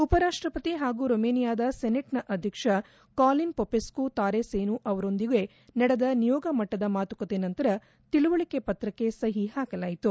ಉಪರಾಷ್ಟಪತಿ ಹಾಗೂ ರೊಮಾನಿಯಾ ಸೆನೆಟ್ನ ಅಧ್ಯಕ್ಷ ಕಾಲಿನ್ ಮೊಪೆಸ್ತು ತಾರೆಸೇನೂ ಅವರೊಂದಿಗೆ ನಡೆದ ನಿಯೋಗ ಮಟ್ಟದ ಮಾತುಕತೆ ನಂತರ ತಿಳುವಳಕೆ ಪತ್ರಕ್ಷೆ ಸಹಿ ಹಾಕಲಾಯಿತು